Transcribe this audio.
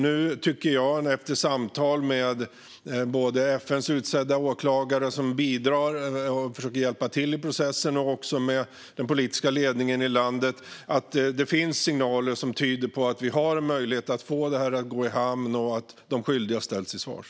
Nu tycker jag, efter samtal med både FN:s utsedda åklagare, som bidrar och försöker hjälpa till i processen, och den politiska ledningen i landet att det finns signaler som tyder på att det finns en möjlighet ro detta i hamn och ställa de skyldiga till svars.